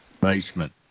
basement